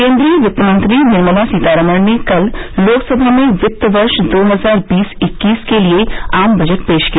केन्द्रीय वित्तमंत्री निर्मला सीतारामन ने कल लोकसभा में वित्त वर्ष दो हजार बीस इक्कीस के लिए आम बजट पेश किया